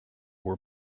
were